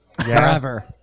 Forever